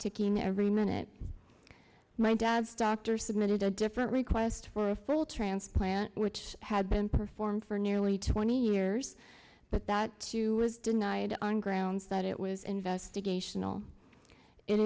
ticking every minute my dad's doctor submitted a different request for a full transplant which had been performed for nearly twenty years but that too was denied on grounds that it was investigational it